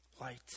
light